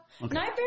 Nightmare